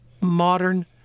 Modern